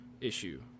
issue